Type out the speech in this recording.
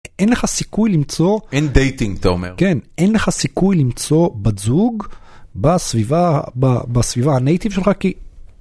אין לך סיכוי למצוא. אין דייטינג אתה אומר. כן. אין לך סיכוי למצוא בת זוג בסביבה... בסביבה הנייטיב שלך כי